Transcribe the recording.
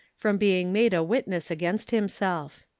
from being made a witness against himself.